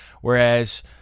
Whereas